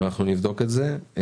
אנחנו נבדוק את זה.